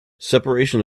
separation